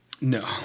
No